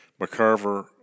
McCarver